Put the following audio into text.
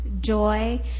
joy